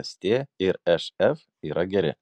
ast ir šf yra geri